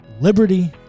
liberty